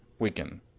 Weaken